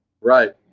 right